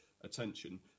attention